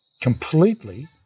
completely